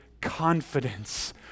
confidence